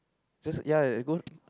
just ya ya go